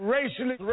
Racially